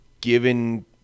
given